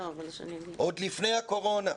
עוד לפני הקורונה.